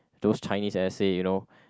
those Chinese essay you know